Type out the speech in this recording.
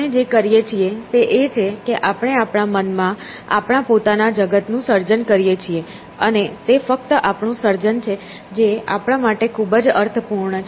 આપણે જે કરીએ છીએ તે એ છે કે આપણે આપણા મનમાં આપણા પોતાના જગતનું સર્જન કરીએ છીએ અને તે ફક્ત આપણું સર્જન છે જે આપણા માટે જ અર્થપૂર્ણ છે